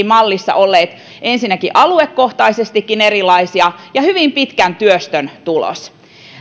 mallissa olleet ensinnäkin aluekohtaisestikin erilaisia ja hyvin pitkän työstön tulos